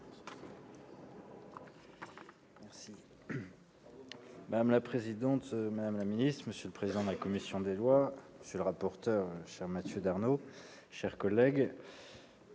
Madame la présidente, madame la ministre, monsieur le président de la commission des lois, monsieur le rapporteur, cher Mathieu Darnaud, mes chers collègues,